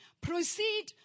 proceed